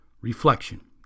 Reflection